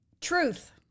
Truth